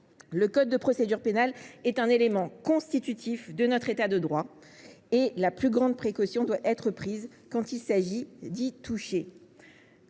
Le code de procédure pénale est un élément constitutif clé de notre État de droit. Les plus grandes précautions s’imposent quand il s’agit d’y toucher.